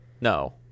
No